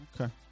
okay